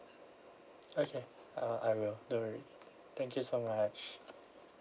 okay uh I will don't worry thank you so much